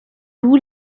vous